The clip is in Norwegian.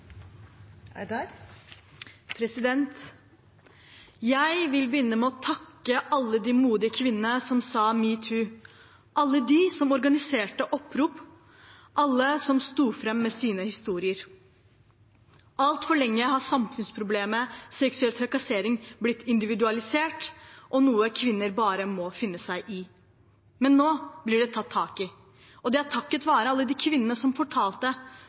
Jeg vil begynne med å takke alle de modige kvinnene som sa «me too», alle som organiserte opprop, alle som sto fram med sine historier. Altfor lenge har samfunnsproblemet seksuell trakassering blitt individualisert og vært noe kvinner bare må finne seg i. Nå blir det tatt tak i, og det er takket være alle de kvinnene som fortalte,